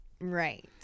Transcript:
Right